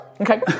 Okay